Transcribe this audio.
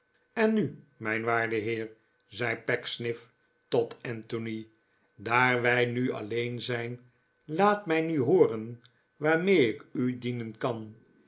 en nu mijn waarde heer zei pecksniff tot anthony daar wij nu alleen zijn laat mij nu hooren waarmee ik u dienen kan